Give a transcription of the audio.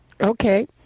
Okay